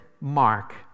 Mark